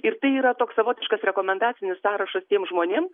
ir tai yra toks savotiškas rekomendacinis sąrašas tiem žmonėm